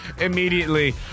Immediately